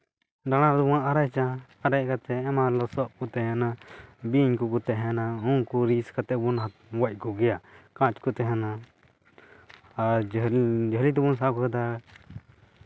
ᱫᱟᱜ ᱫᱚᱵᱚᱱ ᱟᱨᱮᱡᱟ ᱟᱨᱮᱡ ᱠᱟᱛᱮᱜ ᱮᱢᱟᱱ ᱞᱚᱥᱚᱫ ᱠᱚ ᱛᱟᱦᱮᱱᱟ ᱵᱤᱧ ᱠᱚᱠᱚ ᱛᱟᱦᱮᱱᱟ ᱩᱱᱠᱩ ᱨᱤᱥ ᱠᱟᱛᱮᱜ ᱵᱚᱱ ᱜᱚᱡ ᱠᱚᱜᱮᱭᱟ ᱠᱟᱸᱪ ᱠᱚ ᱛᱟᱦᱮᱱᱟ ᱟᱨ ᱡᱷᱟᱹᱞ ᱡᱷᱟᱹᱞᱤ ᱛᱮᱵᱚᱱ ᱥᱟᱵ ᱠᱚᱣᱟ